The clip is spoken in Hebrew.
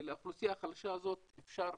לאוכלוסייה החלשה הזאת אפשר